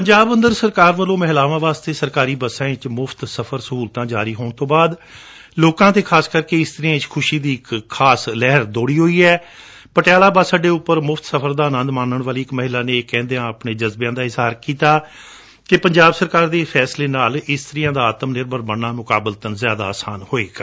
ਪੰਜਾਬ ਅੰਦਰ ਸਰਕਾਰ ਵੱਲੋਂ ਮਹਿਲਾਵਾਂ ਵਸਤੇ ਸਰਕਾਰੀ ਬੱਸਾਂ ਵਿਚ ਮੁਫ਼ਤ ਸਫ਼ਰ ਸਹੁਲਤਾਂ ਜਾਰੀ ਹੋਣ ਤੋਂ ਬਾਅਦ ਲੋਕਾਂ ਅਤੇ ਖਾਸ ਕਰਕੇ ਇਸਤਰੀਆਂ ਵਿਚ ਖਸ਼ੀ ਦਾ ਖਾਸਾ ਮਾਹੌਲ ਦੇਖਣ ਵਿਚ ਆ ਰਿਹੈ ਅਤੇ ਪਟਿਆਲਾ ਬੱਸ ਅੱਡੇ ੳਪਰ ਮਫ਼ਤ ਸਫ਼ਰ ਦਾ ਆਨੰਦ ਮਾਨਣ ਵਾਲੀ ਇਕ ਮਹਿਲਾ ਨੇ ਇਹ ਕਹਿੰਦਿਆਂ ਆਪਣੇ ਜਜ਼ਬਿਆਂ ਦਾ ਇਜ਼ਹਾਰ ਕੀਤਾ ਕਿ ਪੰਜਾਬ ਸਰਕਾਰ ਦੇ ਇਸ ਫੈਸਲੇ ਨਾਲ ਇਸਤਰੀਆਂ ਦਾ ਆਤਮ ਨਿਰਭਰ ਬਣਦਾ ਮੁਕਾਬਲਤਨ ਜ਼ਿਆਦਾ ਮੁਮਕਿਨ ਹੋਵੇਗਾ